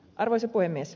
arvoisa puhemies